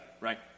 right